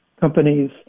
companies